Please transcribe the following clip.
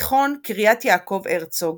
תיכון קריית יעקב הרצוג,